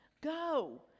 go